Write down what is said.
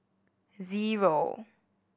zero